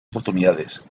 oportunidades